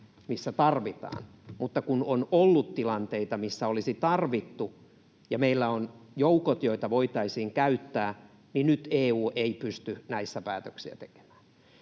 missä tarvitaan, mutta kun on ollut tilanteita, missä olisi tarvittu, ja meillä on joukot, joita voitaisiin käyttää, niin nyt EU ei pysty näissä päätöksiä tekemään.